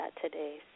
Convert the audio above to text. today